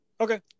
Okay